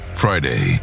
Friday